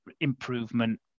improvement